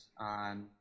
on